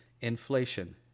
inflation